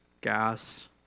gas